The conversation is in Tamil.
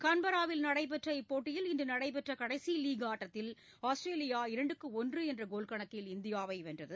கான்பராவில் நடைபெற்ற இப்போட்டியில் இன்று நடைபெற்ற கடைசி லீக் ஆட்டத்தில் ஆஸ்திரேலியா இரண்டுக்கு ஒன்று என்ற கோல்கணக்கில் இந்தியாவை வென்றது